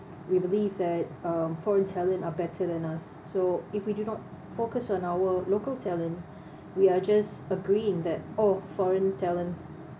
we believe that um foreign talent are better than us so if we do not focus on our local talent we are just agreeing that oh foreign talents